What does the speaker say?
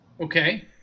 Okay